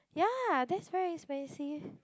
ya that's very expensive